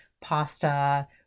pasta